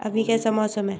अभी कैसा मौसम है